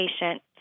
patient